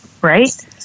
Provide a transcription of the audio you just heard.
Right